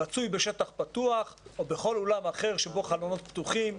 רצוי בשטח פתוח או בכל אולם אחר שבו חלונות פתוחים,